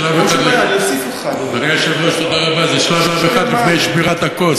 היושב-ראש, תודה רבה, זה שלב אחד לפני שבירת הכוס.